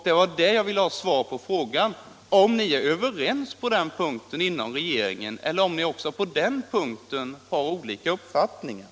Det var därför jag ville ha svar på frågan huruvida ni är överens på den punkten inom regeringen, eller om ni också där har olika uppfattningar.